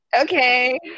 Okay